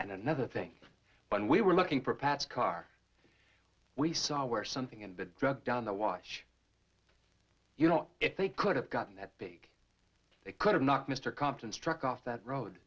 and another thing when we were looking for pats car we saw where something and the drug on the watch you know if they could have gotten that big they could have knocked mr compton struck off that road